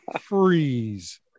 Freeze